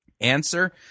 Answer